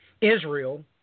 Israel